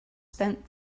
spent